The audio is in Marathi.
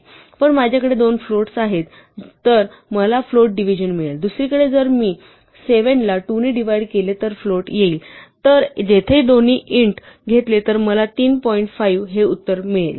पण माझ्याकडे 2 फ्लोट्स आहेत तर मला फ्लोट डिव्हिजन मिळेल दुसरीकडे जर मी 7 ला 2 ने डिव्हाइड केले तर फ्लोट येईल तर जेथे दोन्ही इंट घेतले तर मला 3 पॉइंट 5 हे उत्तर मिळेल